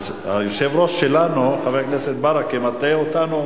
אז היושב-ראש שלנו חבר הכנסת ברכה מטעה אותנו,